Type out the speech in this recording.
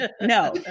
No